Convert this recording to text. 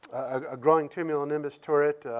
ah growing cumulonimbus turret.